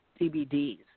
CBDs